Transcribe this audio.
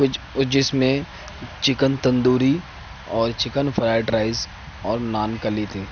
کچھ جس میں چکن تندوری اور چکن فرائیڈ رائس اور نان کلی تھی